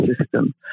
system